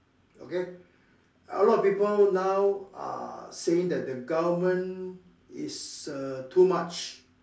okay a lot of people now uh saying that the government is err too much